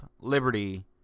liberty